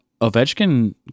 Ovechkin